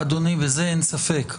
אדוני, בזה אין ספק.